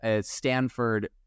Stanford